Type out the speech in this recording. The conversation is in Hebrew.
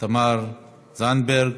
תמר זנדברג.